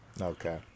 Okay